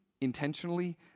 intentionally